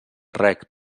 reg